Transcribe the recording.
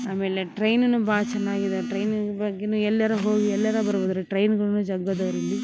ಆಮೇಲೆ ಟ್ರೈನನು ಭಾಳ ಚೆನ್ನಾಗಿದವ್ ಟ್ರೈನಿನ ಬಗ್ಗೆನು ಎಲ್ಯರ ಹೋಗಿ ಎಲ್ಯರ ಬರ್ಬೋದ್ರಿ ಟ್ರೈನ್ಗಳ್ನು ಜಗ್ಗದವ್ರ ಇಲ್ಲಿ